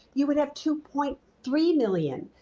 you would have two point three million